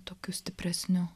tokiu stipresniu